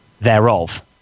thereof